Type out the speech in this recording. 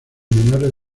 menores